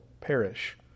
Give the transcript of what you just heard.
perish